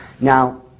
Now